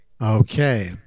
Okay